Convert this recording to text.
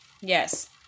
Yes